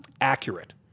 accurate